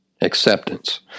Acceptance